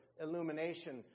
illumination